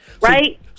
right